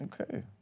Okay